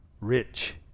rich